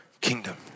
kingdom